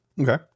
Okay